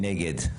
3. מי נגד?